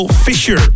Fisher